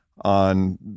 on